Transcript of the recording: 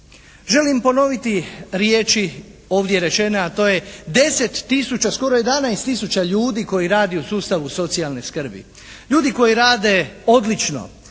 Želim ponoviti riječi ovdje rečene a to je, deset tisuća skoro jedanaest tisuća ljudi koji radi u sustavu socijalne skrbi. Ljudi koji rade odlično,